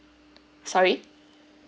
sorry